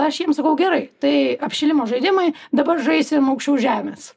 aš jiem sakau gerai tai apšilimo žaidimai dabar žaisim aukščiau žemės